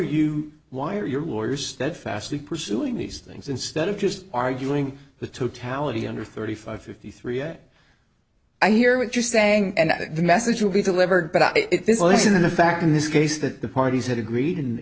are you why are your lawyers steadfastly pursuing these things instead of just arguing the totality under thirty five fifty three at i hear what you're saying and the message will be delivered but it is always in the fact in this case that the parties had agreed